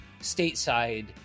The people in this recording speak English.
stateside